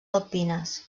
alpines